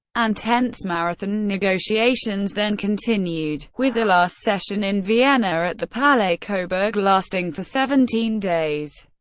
intense marathon negotiations then continued, with the last session in vienna at the palais coburg lasting for seventeen days.